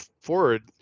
forward